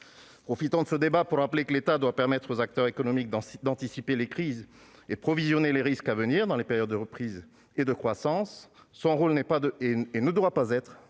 Profitons de ce débat pour rappeler que l'État doit permettre aux acteurs économiques d'anticiper les crises et de provisionner les risques à venir dans les périodes de reprise et de croissance. Son rôle n'est pas et